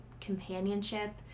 companionship